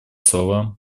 слова